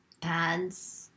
pads